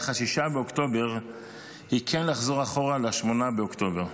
6 באוקטובר היא כן לחזור אחורה ל-8 באוקטובר.